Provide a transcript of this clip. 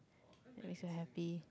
that makes you happy